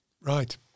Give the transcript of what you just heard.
Right